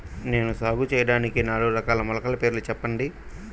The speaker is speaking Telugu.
నేను సాగు చేయటానికి నాలుగు రకాల మొలకల పేర్లు చెప్పండి?